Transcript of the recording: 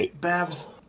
Babs